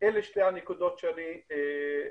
אלה שתי הנקודות שרציתי להעלות.